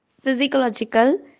physiological